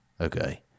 Okay